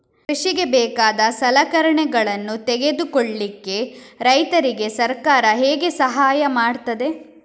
ಕೃಷಿಗೆ ಬೇಕಾದ ಸಲಕರಣೆಗಳನ್ನು ತೆಗೆದುಕೊಳ್ಳಿಕೆ ರೈತರಿಗೆ ಸರ್ಕಾರ ಹೇಗೆ ಸಹಾಯ ಮಾಡ್ತದೆ?